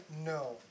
no